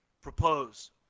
propose